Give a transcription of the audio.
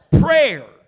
prayer